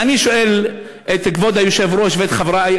אז אני שואל את כבוד היושב-ראש ואת חברי